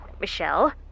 Michelle